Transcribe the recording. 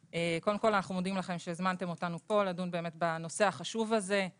קודם כל אנחנו מודים לכם שהזמנתם אותנו לפה לדון באמת בנושא החשוב הזה,